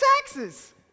taxes